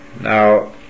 Now